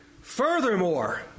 furthermore